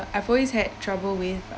I‘ve always had trouble with